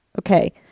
Okay